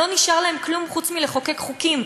לא נשאר להם כלום חוץ מלחוקק חוקים,